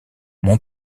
mon